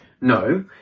No